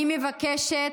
אני מבקשת,